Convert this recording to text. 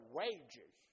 wages